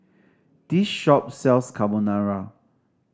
this shop sells Carbonara